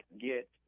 get